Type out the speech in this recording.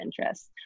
interests